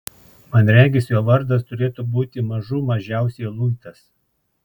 man regis jo vardas turėtų būti mažų mažiausiai luitas